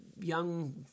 young